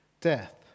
death